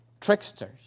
tricksters